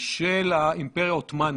כאשר הדיון האחרון היה בחודש נובמבר.